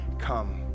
come